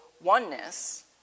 oneness